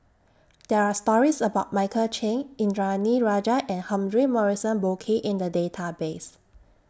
There Are stories about Michael Chiang Indranee Rajah and Humphrey Morrison Burkill in The Database